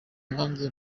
nanjye